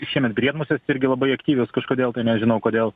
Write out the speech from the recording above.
šiemet briedmusės irgi labai aktyvios kažkodėl tai nežinau kodėl